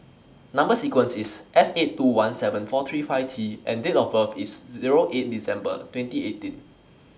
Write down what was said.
Number sequence IS S eight two one seven four three five T and Date of birth IS Zero eight December twenty eighteen